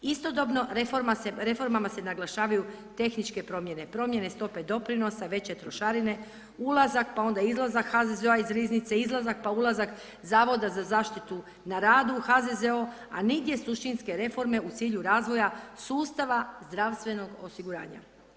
Istodobno, reformama se naglašavaju tehničke promjene, promjene stope doprinosa, veće trošarine, ulazak, pa onda izlazak HZZ0-a iz riznice, izlazak, pa ulazak Zavoda za zaštitu na radu HZZO, a nigdje suštinske reforme u cilju razvoja sustava zdravstvenog osiguranja.